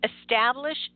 establish